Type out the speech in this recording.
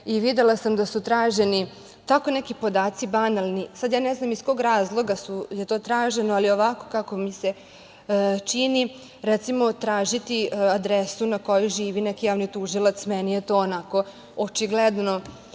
i videla sam da su traženi tako neki podaci banalni. Ne znam sada iz kog razloga je to traženo, ali ovako kako mi se čini, recimo, tražiti adresu na kojoj živi neki javni tužilac, meni je to očigledno